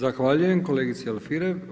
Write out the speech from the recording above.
Zahvaljujem kolegici Alfirev.